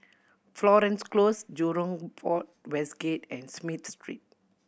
Florence Close Jurong Port West Gate and Smith Street